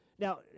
Now